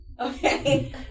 Okay